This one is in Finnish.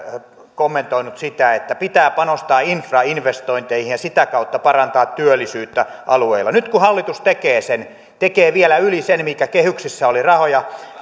kommentoinut sitä että pitää panostaa infrainvestointeihin ja sitä kautta parantaa työllisyyttä alueilla nyt kun hallitus tekee sen tekee vielä yli sen mitä kehyksessä oli rahoja